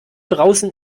draußen